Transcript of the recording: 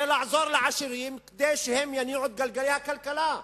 היא לעזור לעשירים כדי שהם יניעו את גלגלי הכלכלה.